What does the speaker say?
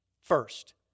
First